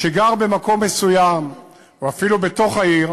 שגר במקום מסוים או אפילו בתוך העיר,